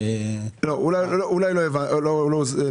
אולי לא הסברתי את השאלה.